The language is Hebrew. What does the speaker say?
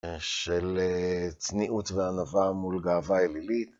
של צניעות וענווה מול גאווה אלילית